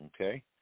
Okay